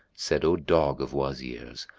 said, o dog of wazirs,